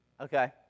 Okay